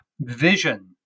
vision